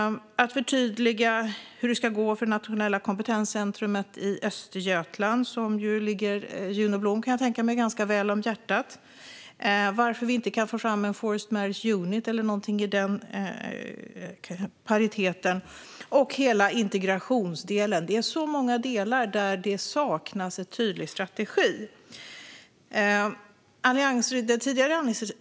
Det behöver förtydligas hur det ska gå för Nationella kompetensteamet i Östergötland, som jag kan tänka mig ligger Juno Blom ganska varmt om hjärtat. Varför kan vi inte få fram en Forced Marriage Unit eller något i paritet med det? Det handlar också om hela integrationsdelen. Det finns många delar där det saknas en tydlig strategi.